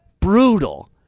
Brutal